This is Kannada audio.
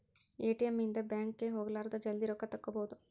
ಎ.ಟಿ.ಎಮ್ ಇಂದ ಬ್ಯಾಂಕ್ ಗೆ ಹೋಗಲಾರದ ಜಲ್ದೀ ರೊಕ್ಕ ತೆಕ್ಕೊಬೋದು